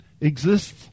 exists